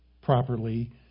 properly